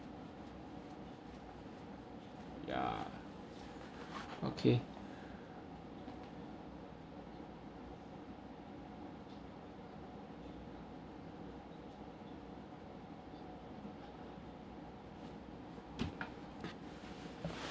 ya okay